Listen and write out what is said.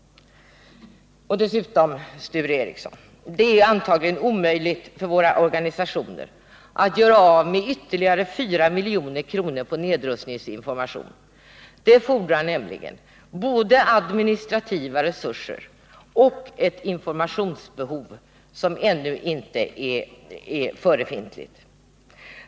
Till Sture Ericson vill jag säga att det torde vara omöjligt för våra organisationer att göra av med ytterligare 4 milj.kr. på nedrustningsinformation. Det fordrar nämligen både administrativa resurser och ett informationsbehov som ännu inte är förefintligt.